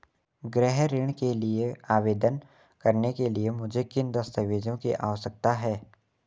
गृह ऋण के लिए आवेदन करने के लिए मुझे किन दस्तावेज़ों की आवश्यकता है?